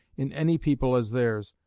in any people as theirs.